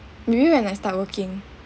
maybe when I start working